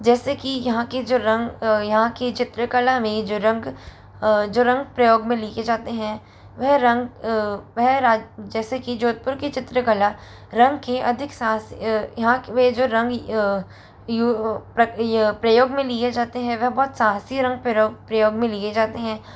जैसे कि यहाँ के जो रंग यहाँ के चित्रकला में जो रंग जो रंग प्रयोग में जो लिखे जाते हैं वह रंग वह राज जैसे कि जोधपुर की चित्रकला रंग के अधिक यहाँ के वे जो रंग प्रयोग में लिए जाते हैं वह बहुत साहसी रंग प्रयोग में लिए जाते हैं